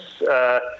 yes